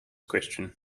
question